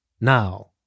now